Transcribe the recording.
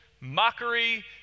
mockery